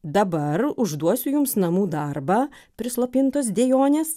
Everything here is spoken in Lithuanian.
dabar užduosiu jums namų darbą prislopintos dejonės